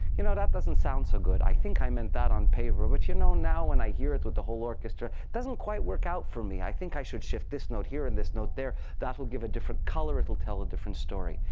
you know, that doesn't sound so good. i think i meant that on paper. but you know now, when i hear it with the whole orchestra, it doesn't quite work out for me. i think i should shift this note here and this note there. that'll give a different color. it will tell a different story.